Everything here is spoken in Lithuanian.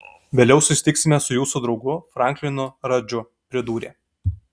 vėliau susitiksime su jūsų draugu franklinu radžu pridūrė